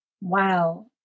Wow